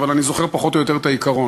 אבל אני זוכר פחות או יותר את העיקרון,